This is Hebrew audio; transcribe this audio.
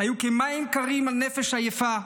היו כמים קרים על נפש עייפה.